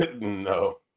No